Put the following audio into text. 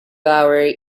our